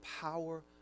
power